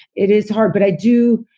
it is hard, but i do.